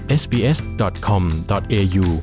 sbs.com.au